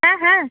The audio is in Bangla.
হ্যাঁ হ্যাঁ